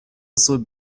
actually